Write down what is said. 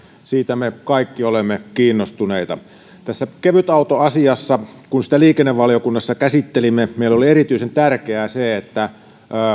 siitä me kaikki olemme kiinnostuneita tässä kevytautoasiassa kun sitä liikennevaliokunnassa käsittelimme meille oli erityisen tärkeää se että